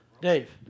Dave